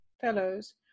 fellows